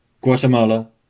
Guatemala